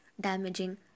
damaging